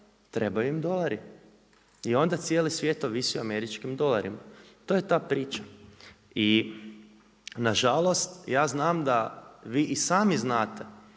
trebaju im dolari. I onda cijeli svijet ovisi o američkim dolarima. To je da priča. I nažalost ja znam da vi i sami znate